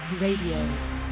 Radio